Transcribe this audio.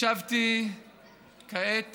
ישבתי כעת